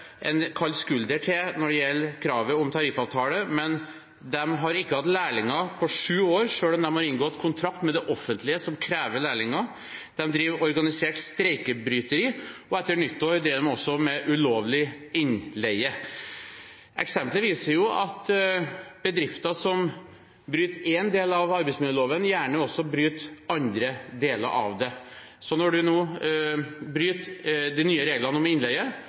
en kald skulder når det gjelder kravet om tariffavtale, den har ikke hatt lærlinger på sju år, selv om den har inngått kontrakt med det offentlige, som krever lærlinger. Den driver med organisert streikebryteri, og etter nyttår drev den også med ulovlig innleie. Eksempelet viser at bedrifter som bryter én del av arbeidsmiljøloven, gjerne også bryter andre deler av den. Når man bryter de nye reglene om innleie,